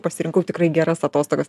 pasirinkau tikrai geras atostogas